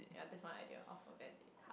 ya that's my idea of a bad date